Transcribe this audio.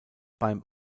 beim